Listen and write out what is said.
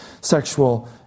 sexual